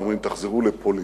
אומרים: תחזרו לפולין,